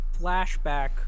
flashback